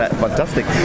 Fantastic